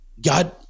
God